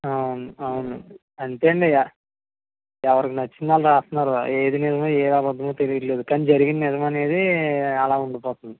అవును అవును అంతేండి ఎ ఎవరికి నచ్చిందాళ్ళు రాస్తున్నారు ఏది నిజమో ఏది అబద్దమో తెలియట్లేదు కానీ జరిగింది నిజమనేది అలా ఉండిపోతుంది